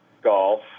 golf